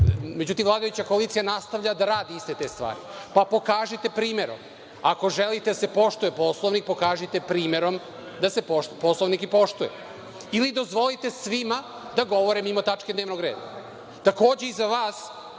stvari.Međutim, vladajuća koalicija nastavlja da radi iste te stvari. Pa, pokažite primerom. Ako želite da se poštuje Poslovnik pokažite primerom da se Poslovnik poštuje ili dozvolite svima da govore mimo tačke dnevnog reda. Takođe, i za vas